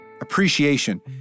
Appreciation